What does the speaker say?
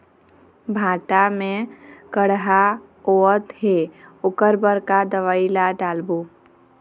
भांटा मे कड़हा होअत हे ओकर बर का दवई ला डालबो?